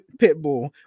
Pitbull